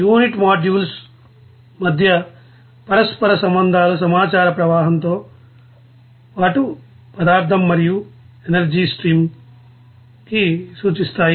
unit modules మధ్య పరస్పర సంబంధాలు సమాచార ప్రవాహంతో పాటు పదార్థం మరియు ఎనర్జీ స్ట్రీమ్ ని సూచిస్తాయి